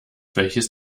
welches